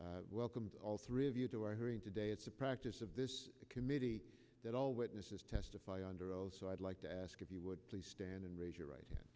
welcome all three of you to our hearing today it's a practice of this committee that all witnesses testify under oath so i'd like to ask if you would please stand and raise your right